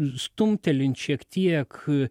stumtelint šiek tiek